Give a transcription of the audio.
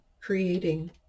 creating